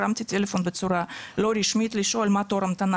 הרמתי טלפון בצורה לא רשמית לשאול מה תור המתנה,